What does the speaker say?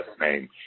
name